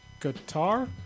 guitar